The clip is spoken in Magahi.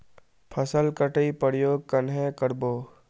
फसल कटाई प्रयोग कन्हे कर बो?